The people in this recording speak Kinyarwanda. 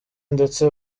ndetse